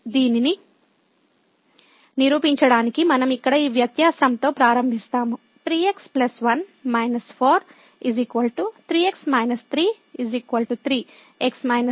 దీనిని నిరూపించడానికి మనం ఇక్కడ ఈ వ్యత్యాసంతో ప్రారంభిస్తాము |3 x 1 −4 || 3 x 3 | 3 | x 1 |